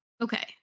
Okay